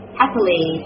happily